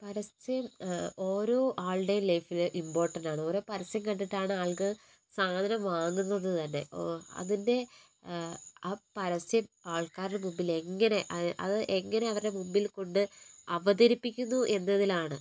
പരസ്യം ഓരോ ആളുടേയും ലൈഫിൽ ഇമ്പോർട്ടന്റാണ് ഓരോ പരസ്യം കണ്ടിട്ടാണ് ആൾക്കാർ സാധനം വാങ്ങുന്നത് തന്നെ അതിന്റെ ആ പരസ്യം ആൾക്കാരുടെ മുൻപിൽ എങ്ങനെ അത് മുൻപിൽ കൊണ്ട് അവതരിപ്പിക്കുന്നു എന്നതിലാണ്